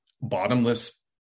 bottomless